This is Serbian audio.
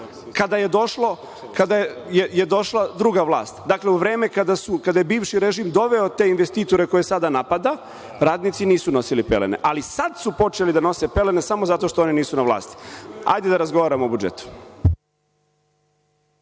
kada je došla druga vlast. U vreme kada je bivši režim doveo te investitore koje sada napada radnici nisu nosili pelene, ali sad su počeli da nose pelene samo zato što oni nisu na vlasti. Hajde da razgovaramo o budžetu.